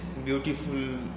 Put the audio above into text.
beautiful